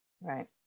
Right